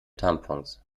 tampons